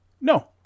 No